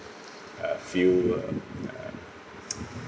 uh few uh uh